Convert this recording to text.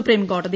സുപ്രീംകോടതി